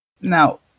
Now